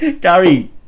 Gary